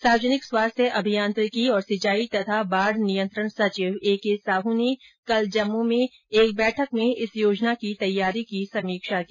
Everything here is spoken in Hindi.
सार्वजनिक स्वास्थ्य अभियांत्रिकी और सिंचाई तथा बाढ़ नियंत्रण सचिव ए के साहू ने कल जम्मू में एक बैठक में इस योजना की तैयारी की समीक्षा की